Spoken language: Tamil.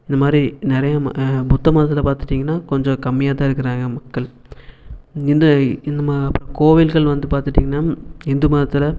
இது மாரி நிறைய ம புத்த மதத்தில் பார்த்துட்டிங்கனா கொஞ்ச கம்மியாக தான் இருக்கிறாங்க மக்கள் இந்து இந்து மத அப்புறோம் கோவில்கள் வந்து பார்த்துட்டிங்கனா இந்து மதத்தில்